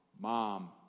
Mom